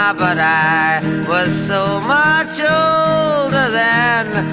i but was so much older then.